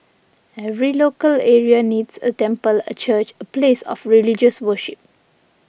every local area needs a temple a church a place of religious worship